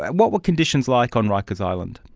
and what were conditions like on rikers island?